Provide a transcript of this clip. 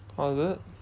oh is it